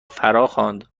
فراخواند